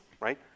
right